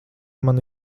man